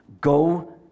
go